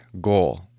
goal